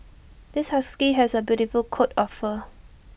this husky has A beautiful coat of fur